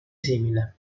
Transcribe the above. simile